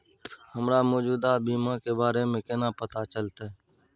हमरा मौजूदा बीमा के बारे में केना पता चलते?